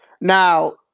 Now